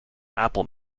apple